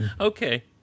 Okay